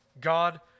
God